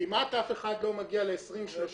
כמעט אף אחד לא מגיע ל-2030,